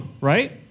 right